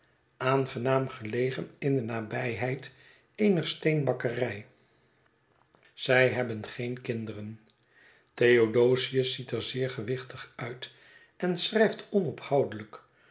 aangenaam gelegen in de nabijheid eener steenbakkerij zij hebben geen kinderen theodosius ziet er zeer gewichtig uit en schrijft onophoudelijk